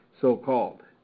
so-called